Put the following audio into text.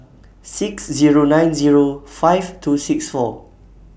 six Zero nine Zero five two six four